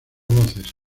voces